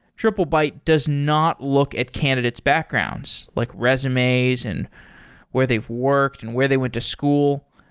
triplebyte does not look at candidate's backgrounds, like resumes and where they've worked and where they went to school.